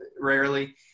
rarely